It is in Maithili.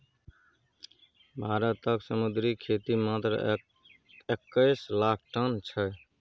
भारतक समुद्री खेती मात्र एक्कैस लाख टन छै